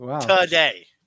today